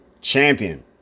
champion